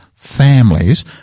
families